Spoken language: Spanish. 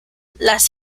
las